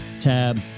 tab